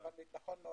נכון.